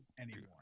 anymore